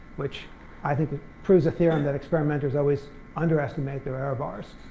which i think it proves a theorem that experimenters always underestimate their error bars.